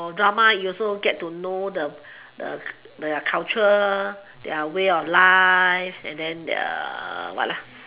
drama you also get know the the their culture their way of life and then their what